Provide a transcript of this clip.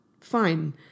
Fine